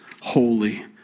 holy